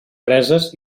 preses